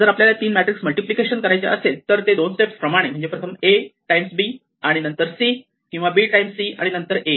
जर आपल्याला तीन मॅट्रिक्स मल्टिप्लिकेशन करायचे असेल तर ते दोन स्टेप प्रमाणे म्हणजे प्रथम A टाइम्स B आणि नंतर C किंवा B टाइम्स C आणि नंतर A